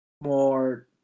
more